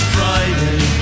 Friday